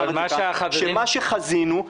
שמה שחזינו,